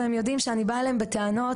והם יודעים שאני באה אליהם בטענות,